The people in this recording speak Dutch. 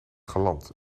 galant